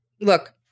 look